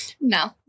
No